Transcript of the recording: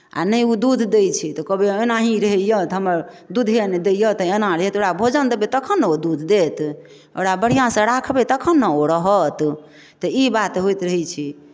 आ नहि ओ दूध दै छै तऽ कहबै एनाही रहैए तऽ हमर दूधे नहि दैए तऽ एना रहैए तऽ ओकरा भोजन देबै तखन ने ओ दूध देत ओकरा बढ़िआँसँ राखबै तखन ने ओ रहत तऽ ई बात होइत रहै छै